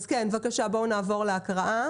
בקשה, בואו נעבור להקראה.